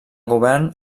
govern